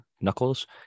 knuckles